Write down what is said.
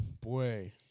Boy